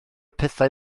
pethau